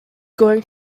going